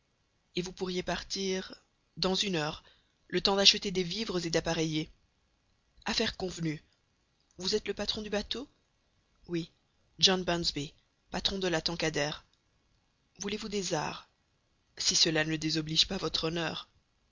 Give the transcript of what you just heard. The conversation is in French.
et vous pourriez partir dans une heure le temps d'acheter des vivres et d'appareiller affaire convenue vous êtes le patron du bateau oui john bunsby patron de la tankadère voulez-vous des arrhes si cela ne désoblige pas votre honneur